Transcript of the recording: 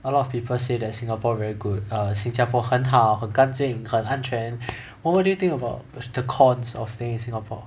a lot of people say that singapore very good err 新加坡很好很干净很安全 what do you think about the cons of staying in singapore